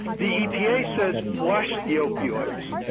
the epa says flush the opioids.